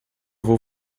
vou